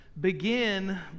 begin